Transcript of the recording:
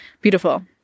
beautiful